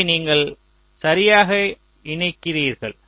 எனவே நீங்கள் சரியாக இணைக்கிறீர்கள்